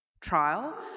Trial